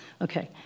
okay